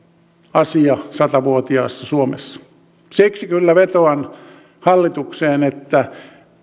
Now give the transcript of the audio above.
asia satavuotiaassa suomessa siksi kyllä vetoan hallitukseen että